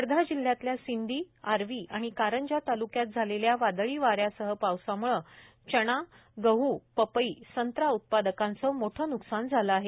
वर्धा जिल्ह्यातल्या सिंदीआर्वी आणि कारंजा ताल्क्यात झालेल्या वादळी वाऱ्यासह पावसाम्ळे चणा गह पपई संत्रा उत्पादकांचे मोठे न्कसान झाले आहे